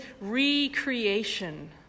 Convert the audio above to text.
recreation